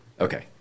Okay